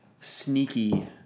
sneaky